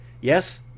Yes